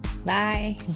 Bye